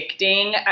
addicting